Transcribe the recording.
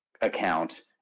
account